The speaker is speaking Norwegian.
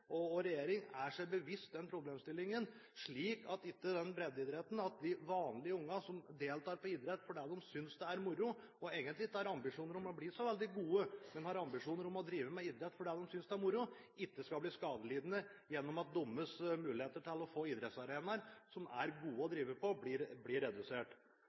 og regjering er seg bevisst denne problemstillingen, slik at ikke breddeidretten, de vanlige ungene som deltar i idrett fordi de synes det er moro og egentlig ikke har ambisjoner om å bli så veldig gode, men har ambisjoner om å drive med idrett fordi de synes det er moro, skal bli skadelidende gjennom at deres muligheter til å få idrettsarenaer som er gode å drive på, blir redusert.